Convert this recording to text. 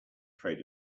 afraid